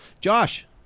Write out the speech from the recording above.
Josh